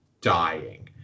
dying